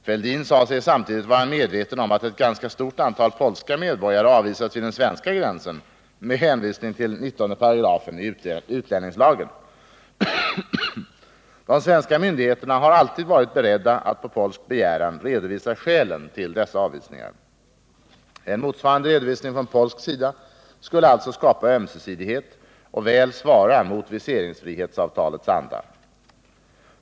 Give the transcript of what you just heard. Fälldin sade sig samtidigt vara medveten om att ett ganska stort antal polska medborgare avvisats vid den svenska gränsen med hänvisning till 19 § i utlänningslagen. De svenska myndigheterna har alltid varit beredda att på polsk begäran redovisa skälen till dessa avvisningar. En motsvarande redovisning från polsk sida skulle alltså skapa ömsesidighet och väl svara mot viseringsfrihetsavtalets anda.